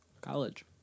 College